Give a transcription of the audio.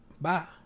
Bye